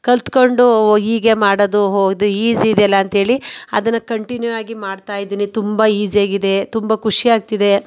ಕಲಿತ್ಕೊಂಡು ಓಹ್ ಹೀಗೆ ಮಾಡೋದು ಓಹ್ ಇದು ಈಸಿ ಇದೆಯಲ್ಲ ಅಂಥೇಳಿ ಅದನ್ನು ಕಂಟಿನ್ಯೂ ಆಗಿ ಮಾಡ್ತಾಯಿದ್ದೀನಿ ತುಂಬ ಈಸಿಯಾಗಿದೆ ತುಂಬ ಖುಷಿಯಾಗ್ತಿದೆ